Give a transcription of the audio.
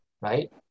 Right